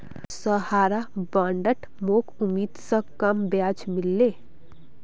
सहारार बॉन्डत मोक उम्मीद स कम ब्याज मिल ले